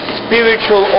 spiritual